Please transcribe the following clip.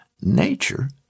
nature